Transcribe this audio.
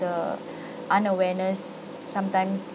the unawareness sometimes